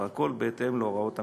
והכול בהתאם להוראות המשטרה.